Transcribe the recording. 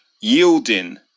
yielding